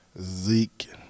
Zeke